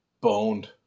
boned